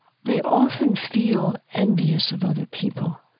they often feel envious of other people,